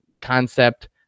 concept